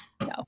No